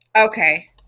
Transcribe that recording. Okay